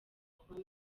kuba